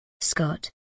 Scott